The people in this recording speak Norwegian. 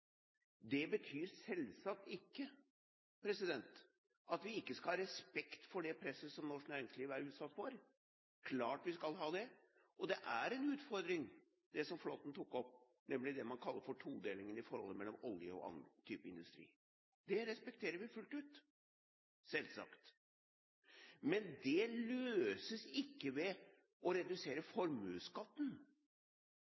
Det betyr selvsagt ikke at vi ikke skal ha respekt for det presset som norsk næringsliv er utsatt for – det er klart vi skal ha det. Det som Flåtten tok opp, nemlig det man kaller for todelingen i forholdet mellom oljeindustrien og annen industri, er en utfordring. Det respekterer vi fullt ut – selvsagt. Men det løses ikke ved å redusere